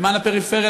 למען הפריפריה,